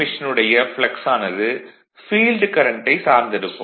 மெஷினுடைய flux ஆனது field கரண்ட்டை சார்ந்து இருக்கும்